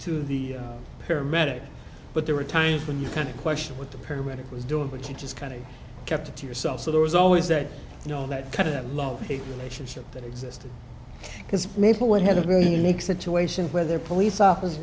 to the paramedic but there were times when you kind of question what the paramedic was doing but you just kind of kept it to yourself so there was always that you know that kind of a love hate relationship that existed because maplewood had a very unique situation where their police officer